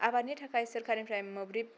आबादनि थाखाय सोरखारनिफ्राय मोब्लिब